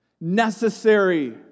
Necessary